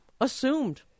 assumed